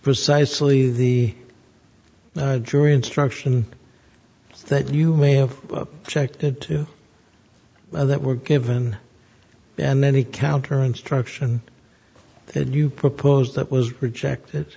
precisely the jury instruction that you may have checked it to that were given and many counter instruction had you proposed that was rejected